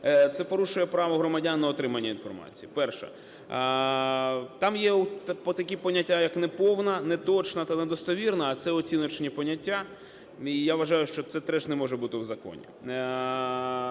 Це порушує право громадян на отримання інформації. Перше. Там є такі поняття як неповна, неточна та недостовірна – а це оціночні поняття. І я вважаю, що це теж не може бути в законі.